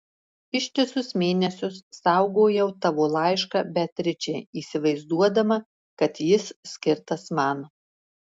ištisus mėnesius saugojau tavo laišką beatričei įsivaizduodama kad jis skirtas man